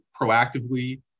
proactively